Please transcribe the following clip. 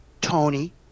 tony